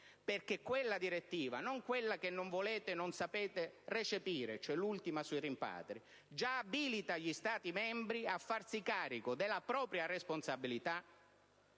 perché quella direttiva, non quella che non volete e non sapete recepire, cioè l'ultima sui rimpatri, già abilita gli Stati membri a farsi carico della propria responsabilità